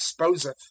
exposeth